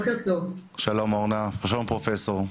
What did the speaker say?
שלום ובוקר טוב.